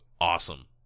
awesome